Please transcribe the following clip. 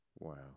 Wow